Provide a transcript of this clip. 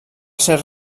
ser